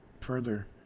further